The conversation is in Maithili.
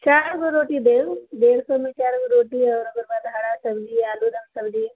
चारिगो रोटी देब डेढ़ सएमे चारिगो रोटी आओर ओकर बाद हरा सब्जी आलू दम सब्जी